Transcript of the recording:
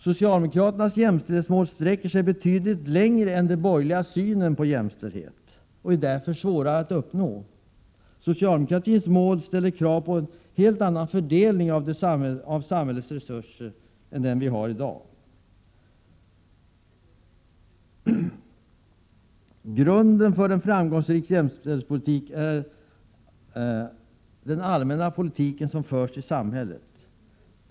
Socialdemokratins jämställdhetsmål sträcker sig betydligt längre än den borgerliga synen på jämställdhet och är därför svårare att uppnå. Socialdemokratins mål ställer krav på en helt annan fördelning av samhällets resurser än den vi har i dag. Grunden för en framgångsrik jämställdhetspolitik är den allmänna politik som förs i samhället.